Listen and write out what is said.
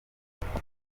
igihe